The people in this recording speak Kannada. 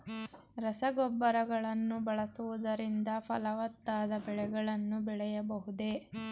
ರಸಗೊಬ್ಬರಗಳನ್ನು ಬಳಸುವುದರಿಂದ ಫಲವತ್ತಾದ ಬೆಳೆಗಳನ್ನು ಬೆಳೆಯಬಹುದೇ?